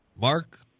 Mark